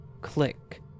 click